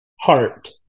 heart